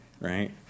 right